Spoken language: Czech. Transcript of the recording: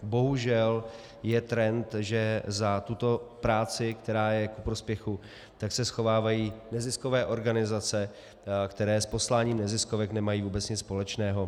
Bohužel je trend, že za tuto práci, která je ku prospěchu, se schovávají neziskové organizace, které s posláním neziskovek nemají vůbec nic společného.